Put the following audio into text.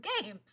games